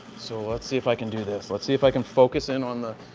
so, let's see if i can do this. let's see if i can focus in on the